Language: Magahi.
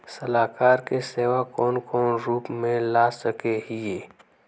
सलाहकार के सेवा कौन कौन रूप में ला सके हिये?